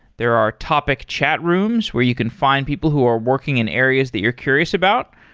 there are topic chat rooms where you can find people who are working in areas that you're curious about,